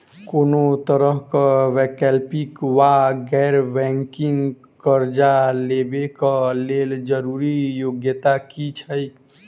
कोनो तरह कऽ वैकल्पिक वा गैर बैंकिंग कर्जा लेबऽ कऽ लेल जरूरी योग्यता की छई?